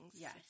Yes